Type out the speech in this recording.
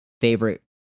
favorite